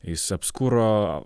jis apskuro